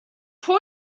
pwy